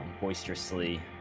boisterously